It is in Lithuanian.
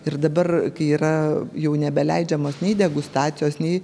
ir dabar kai yra jau nebeleidžiamos nei degustacijos nei